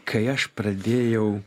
kai aš pradėjau